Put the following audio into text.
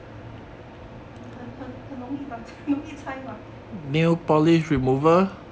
很很很容易吧 很容易猜吧